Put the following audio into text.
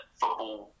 football